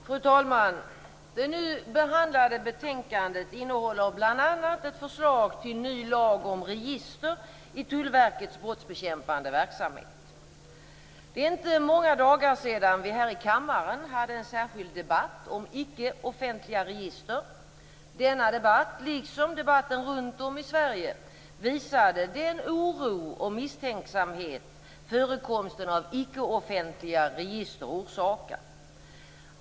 Fru talman! Det betänkande vi nu skall behandla innehåller bl.a. ett förslag till ny lag om register i Det är inte många dagar sedan vi här i kammaren hade en särskild debatt om icke-offentliga register. Denna debatt, liksom debatten runt om i Sverige, visade den oro och misstänksamhet förekomsten av icke-offentliga register orsakar.